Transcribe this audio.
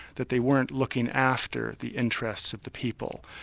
that they weren't looking after the interests of the people.